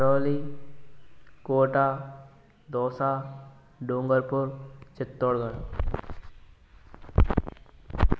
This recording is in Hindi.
करौली कोटा दौसा डूंगरपुर चित्तौड़गढ़